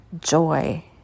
joy